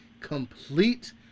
complete